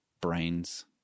brains